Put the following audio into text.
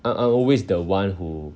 I I'm always the one who